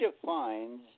defines